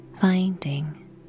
Finding